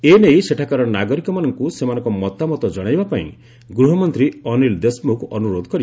ଏନେଇ ସେଠାକାର ନାଗରିକମାନଙ୍କୁ ସେମାନଙ୍କ ମତାମତ କଶାଇବାପାଇଁ ଗୃହମନ୍ତ୍ରୀ ଅନିଲ୍ ଦେଶ୍ମୁଖ ଅନୁରୋଧ କରିଛନ୍ତି